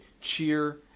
cheer